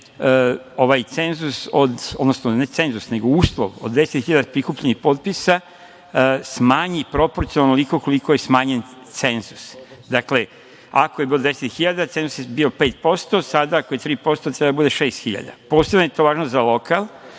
ovaj cenzus, odnosno ne cenzus nego uslov od 10 hiljada prikupljenih potpisa smanji proporcionalno onoliko koliko je smanjen cenzus. Dakle, ako je 10 hiljada, cenzus je bio 5%, sada ako je 3%, treba da bude šest hiljada. Posebno je to važno za lokal,